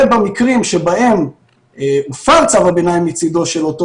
ובמקרים שבהם הופר צו הביניים מצידו של אותו